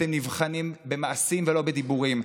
אתם נבחנים במעשים ולא בדיבורים,